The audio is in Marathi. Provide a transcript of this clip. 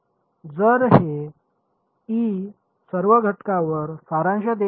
जर हे ई सर्व घटकांवर सारांश देत आहे